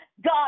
God